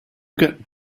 get